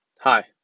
Hi